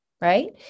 right